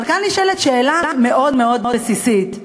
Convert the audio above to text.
אבל כאן נשאלת שאלה מאוד מאוד בסיסית: